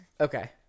Okay